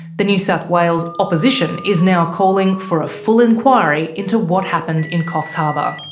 the new south wales opposition is now calling for a full inquiry into what happened in coffs harbour.